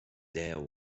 there